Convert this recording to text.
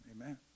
amen